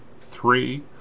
three